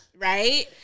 right